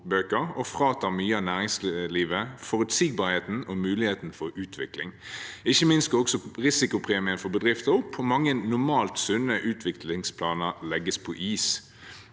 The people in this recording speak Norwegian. og fratar mye av næringslivet forutsigbarheten og muligheten for utvikling. Ikke minst går også risikopremien for bedrifter opp, og mange normalt sunne utviklingsplaner legges på is.